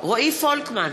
רועי פולקמן,